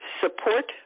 support